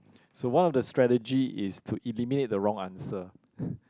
so one of the strategy is to eliminate the wrong answer